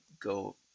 go